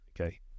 Okay